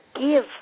give